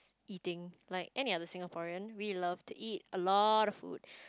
eating like any other Singaporean we love to eat a lot of food